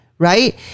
right